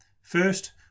First